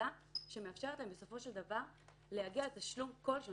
היחידה שמאפשרת להם בסופו של דבר להגיע לתשלום כלשהו.